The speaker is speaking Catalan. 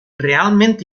realment